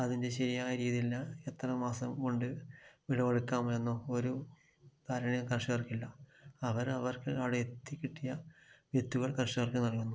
അതിൻ്റെ ശരിയായ രീതിയെല്ലാം എത്ര മാസം കൊണ്ട് വിളവെടുക്കാം എന്നും ഒരു ധാരണ കർഷകർക്ക് ഇല്ല അവർ അവർക്ക് അവിടെ എത്തി കിട്ടിയ വിത്തുകൾ കർഷകർക്ക് നൽകുന്നു